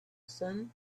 sun